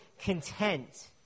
content